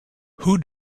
who